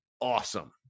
awesome